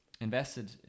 invested